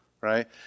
right